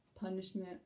punishment